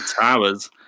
Towers